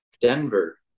Denver